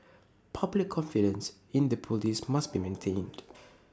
public confidence in the Police must be maintained